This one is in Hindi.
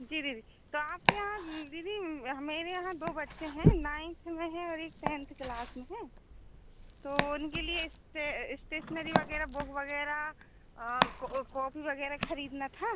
जी दीदी तो आपके यहाँ दीदी मेरे यहाँ दो बच्चे हैं नाइन्थ में है और एक टेन्थ क्लास में है तो उनके लिए इस्टेसनरी वगैरह बुक वगैरह कॉपी वगैरह खरीदना था